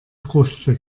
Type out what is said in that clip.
kruste